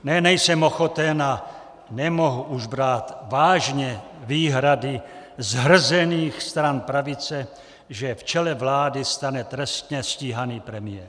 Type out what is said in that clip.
Ne, nejsem ochoten a nemohu už brát vážně výhrady zhrzených stran pravice, že v čele vlády stane trestně stíhaný premiér.